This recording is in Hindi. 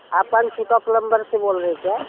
आप अंशिका पलम्बर से बोल रहें क्या